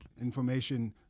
Information